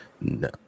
No